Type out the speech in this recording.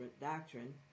doctrine